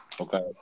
Okay